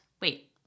Wait